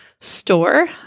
store